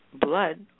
blood